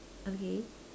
okay